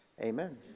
Amen